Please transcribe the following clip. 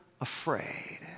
afraid